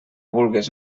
vulgues